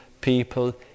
people